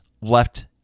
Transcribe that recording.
left